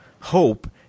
Hope